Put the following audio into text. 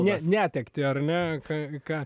ne netektį ar ne ką ką